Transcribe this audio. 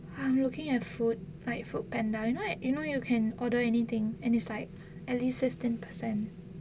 I'm looking at food like Foodpanda you know you know you can order anything and is like at least ten percent